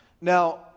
Now